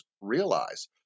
realize